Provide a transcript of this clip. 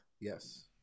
Yes